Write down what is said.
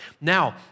Now